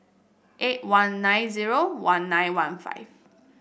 eight one nine zero one nine one five